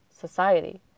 society